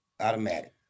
automatic